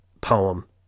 poem